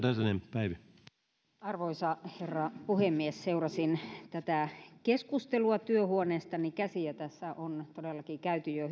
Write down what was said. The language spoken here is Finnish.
arvoisa herra puhemies seurasin tätä keskustelua työhuoneestani käsin ja tässä on todellakin käytetty jo